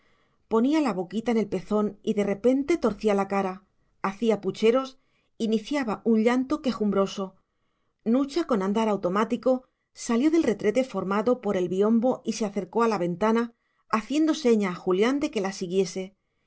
ponía la boquita en el pezón y de repente torcía la cara hacía pucheros iniciaba un llanto quejumbroso nucha con andar automático salió del retrete formado por el biombo y se acercó a la ventana haciendo seña a julián de que la siguiese